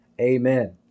Amen